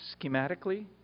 schematically